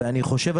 ואני חושב,